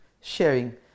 sharing